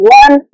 one